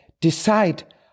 decide